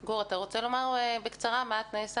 גור, אתה רוצה לומר בקצרה מהם תנאי הסף?